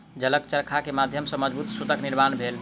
जलक चरखा के माध्यम सॅ मजबूत सूतक निर्माण भेल